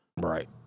Right